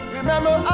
remember